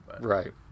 right